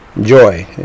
Joy